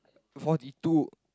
forty two